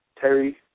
Terry